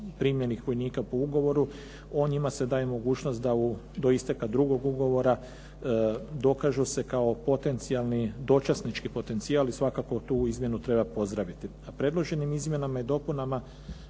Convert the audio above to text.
primljenih vojnika po ugovoru, njima se daje mogućnost da do isteka drugog ugovora dokažu se kao potencijalni, dočasnički potencijal i svakako tu izmjenu treba pozdraviti.